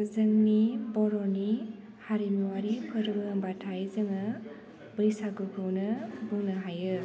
जोंनि बर'नि हारिमुवारि फोर्बो होनबाथाइ जोङो बैसागुखौनो बुंनो हायो